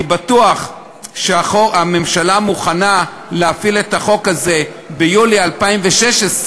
והייתי בטוח שהממשלה מוכנה להפעיל את החוק הזה ביולי 2016,